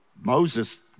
Moses